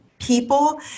people